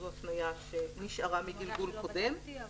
זו הפניה שנשארה מגלגול קודם.